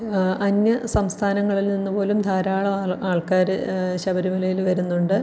അന്യ സംസ്ഥാനങ്ങളിൽ നിന്ന് പോലും ധാരാളം ആൾ ആൾക്കാർ ശബരിമലയിൽ വരുന്നുണ്ട്